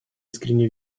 искренне